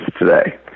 today